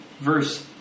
verse